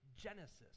Genesis